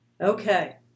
Okay